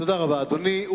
תודה רבה, אדוני.